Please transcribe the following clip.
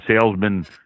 salesmen